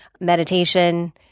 Meditation